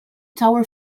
tower